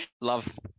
Love